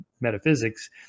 metaphysics